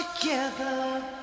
together